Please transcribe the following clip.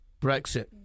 Brexit